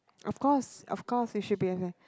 of course of course it should be